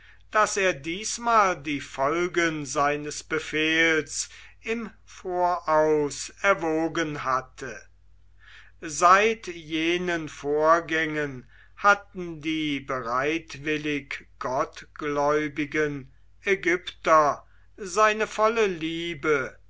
daß er diesmal die folgen seines befehls im voraus erwogen hatte seit jenen vorgängen hatten die bereitwillig gottgläubigen ägypter seine volle liebe